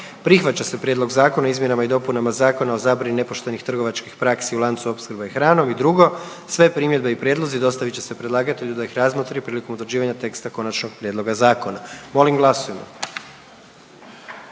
prihvaća se Prijedlog Zakona o izmjenama i dopunama Zakona o materijalima i predmetima koji dolaze u neposredan dodir s hranom i drugo, sve primjedbe i prijedlozi dostavit će se predlagatelju da ih razmotri prilikom utvrđivanja teksta konačnog prijedloga zakona. Molim glasujmo.